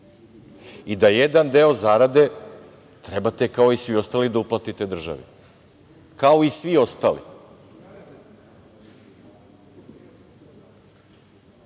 i da jedan deo zarade trebate kao i svi ostali da uplatite državi, kao i svi ostali.